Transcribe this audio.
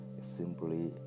simply